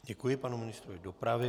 Děkuji panu ministrovi dopravy.